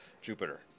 Jupiter